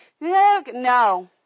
No